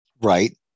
right